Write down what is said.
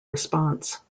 response